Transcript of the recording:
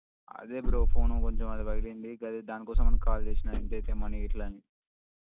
అదే bro phone కొంచెం అది పగిలింది అదే దానికోసం అని కాల్ చేసిన ఎంత అవుతుంది మనీ గిట్ల అని